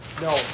no